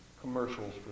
commercials